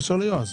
תתקשר ליועז,